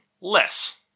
less